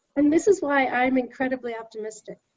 and this is why i'm incredibly optimistic.